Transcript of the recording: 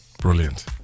Brilliant